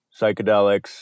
psychedelics